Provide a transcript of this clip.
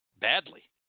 badly